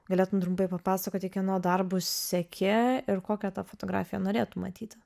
galėtum trumpai papasakoti kieno darbus seki ir kokią tą fotografiją norėtum matyti